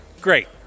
Great